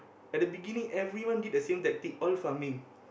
at the beginning everyone did the same tactic all farming